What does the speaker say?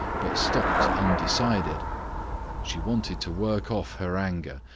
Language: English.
but stopped undecided she wanted to work off her anger,